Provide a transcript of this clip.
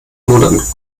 monaten